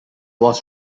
was